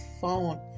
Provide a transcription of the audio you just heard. phone